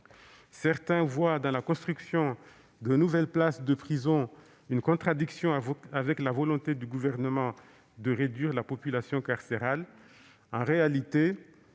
Certains voient dans la construction de nouvelles places de prison une contradiction avec la volonté du Gouvernement de réduire la population carcérale. En réalité,